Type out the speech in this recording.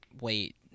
wait